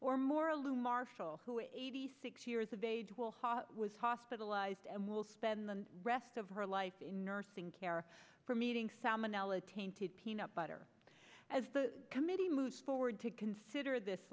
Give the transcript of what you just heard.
or more lou marshall who is eighty six years of age will ha was hospitalized and will spend the rest of her life in nursing care for meeting salmonella tainted peanut butter as the committee moves forward to consider this